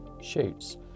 shoots